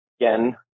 again